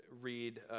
read